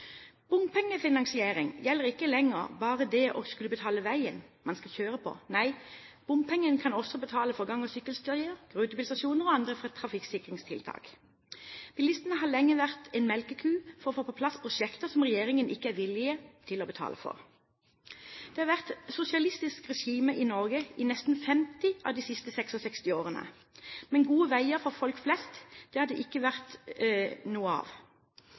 Bompengefinansiering gjelder ikke lenger bare det å skulle betale veien man skal kjøre på. Nei bompengene kan også betale for gang- og sykkelstier, rutebilstasjoner og andre trafikksikringstiltak. Bilistene har lenge vært en melkeku for å få på plass prosjekter som regjeringen ikke er villig til å betale for. Det har vært sosialistisk regime i Norge i nesten 50 av de siste 66 årene. Men gode veier for folk flest har det ikke vært noe av.